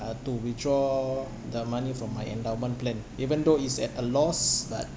to withdraw the money from my endowment plan even though is at a loss but